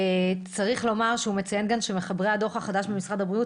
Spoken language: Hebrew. צריך לומר שהוא מציין גם שמחברי הדוח החדש במשרד הבריאות